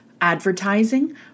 Advertising